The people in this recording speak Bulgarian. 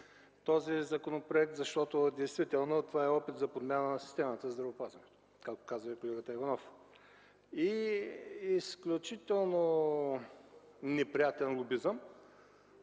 този законопроект. Действително това е опит за подмяна на системата в здравеопазването, както каза и колегата Иванов. Това е изключително неприятен лобизъм.